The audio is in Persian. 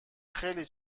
خیلی